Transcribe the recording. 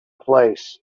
place